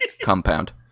Compound